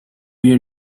you